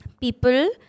people